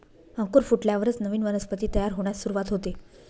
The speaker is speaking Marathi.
अंकुर फुटल्यावरच नवीन वनस्पती तयार होण्यास सुरूवात होते